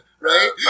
right